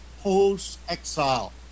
post-exile